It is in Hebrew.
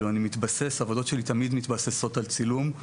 העבודות שלי תמיד מתבססות על צילום,